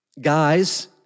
Guys